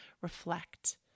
reflect